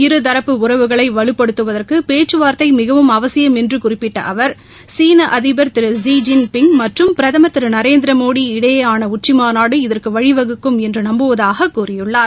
இருதரப்பு உறவுகளை வலுப்படுத்துவதற்கு பேச்சுவார்த்தை மிகவும் அவசியம் என்று குறிப்பிட்ட அவா் சீன அதிபா் திரு லி ஜின் பிங் மற்றும் பிரதமா் திரு நரேந்திரமோடி இடையேயான உச்சிமாநாடு இதற்கு வழிவகுக்கும் என்று நம்புவதாகக் கூறியுள்ளார்